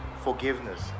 Forgiveness